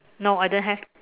no I don't have